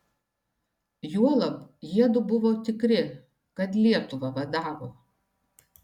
juolab jiedu buvo tikri kad lietuvą vadavo